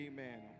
Amen